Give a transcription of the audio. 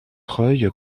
treuil